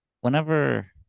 whenever